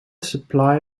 supply